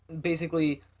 basically-